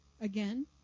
again